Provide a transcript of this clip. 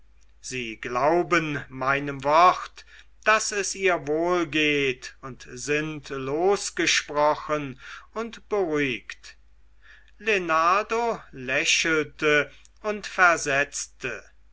sie glauben meinem wort daß es ihr wohl geht und sind losgesprochen und beruhigt lenardo lächelte und versetzte